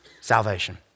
Salvation